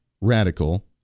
radical